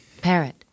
Parrot